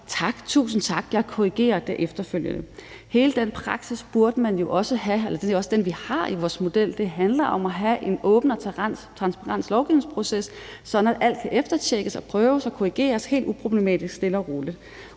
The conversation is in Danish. Tak, tusind tak, jeg korrigerer det efterfølgende. Hele den praksis burde man jo også have, eller det er også den, vi har i vores model. Det handler om at have en åben og transparent lovgivningsproces, sådan at alt kan eftertjekkes og -prøves og korrigeres helt uproblematisk, stille og roligt.